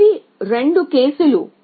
ఇవి రెండు కేసులు